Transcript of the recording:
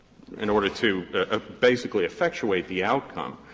in order to ah basically effectuate the outcome,